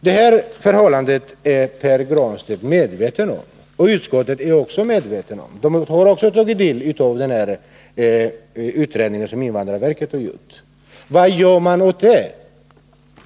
Dessa förhållanden är Pär Granstedt medveten om. Även utskottet är medvetet om dem. Både Pär Granstedt och utskottet har tagit del av den utredning som invandrarverket gjort. Vad gör man åt det här?